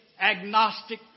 agnostic